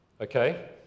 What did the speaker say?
Okay